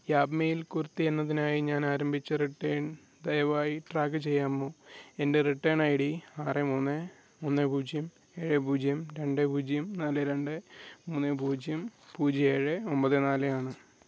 യാപ്മേയിൽ കുർത്തി എന്നതിനായി ഞാനാരംഭിച്ച റിട്ടേൺ ദയവായി ട്രാക്ക് ചെയ്യാമോ എൻ്റെ റിട്ടേണ് ഐ ഡി ആറ് മൂന്ന് ഒന്ന് പൂജ്യം ഏഴ് പൂജ്യം രണ്ട് പൂജ്യം നാല് രണ്ട് മൂന്ന് പൂജ്യം പൂജ്യം ഏഴ് ഒമ്പത് നാല് ആണ്